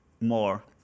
more